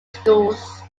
schools